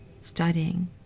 studying